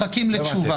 מחכים לתשובה.